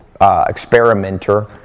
experimenter